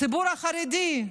הציבור החרדי,